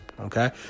Okay